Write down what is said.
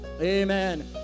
Amen